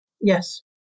Yes